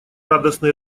радостно